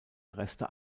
reste